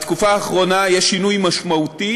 בתקופה האחרונה יש שינוי משמעותי: